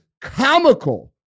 comical